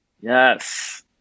Yes